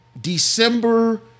December